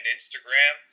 Instagram